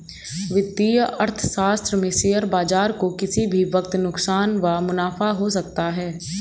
वित्तीय अर्थशास्त्र में शेयर बाजार को किसी भी वक्त नुकसान व मुनाफ़ा हो सकता है